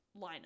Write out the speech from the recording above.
lineup